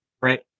right